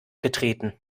getreten